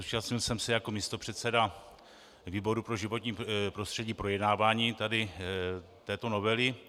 Zúčastnil jsem se jako místopředseda výboru pro životní prostředí projednávání této novely.